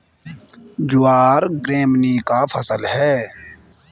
ज्वार ग्रैमीनी का फसल है